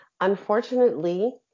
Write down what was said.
Unfortunately